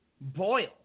boil